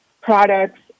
products